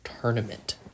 tournament